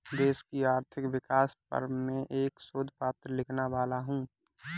देश की आर्थिक विकास पर मैं एक शोध पत्र लिखने वाला हूँ